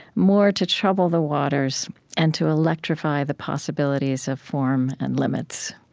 more to trouble the waters and to electrify the possibilities of form and limits.